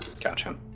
gotcha